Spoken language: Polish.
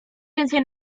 więcej